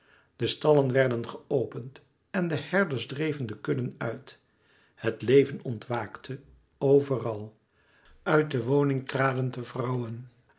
de stallen werden geopend en de herders dreven de kudden uit het leven ontwaakte overal uit de woning traden de vrouwen